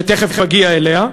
שתכף אגיע אליה,